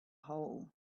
hole